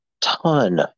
ton